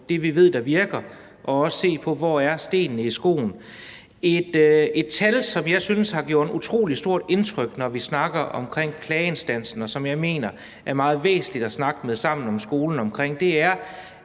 det, vi ved virker, og også se på, hvor stenen i skoen er. Der er et tal, som har gjort utrolig stort indtryk på mig, når vi snakker om klageinstansen, og som jeg mener det er meget væsentligt at snakke med Sammen om Skolen om. Når